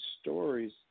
stories